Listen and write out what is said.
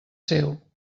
seu